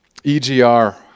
EGR